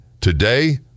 Today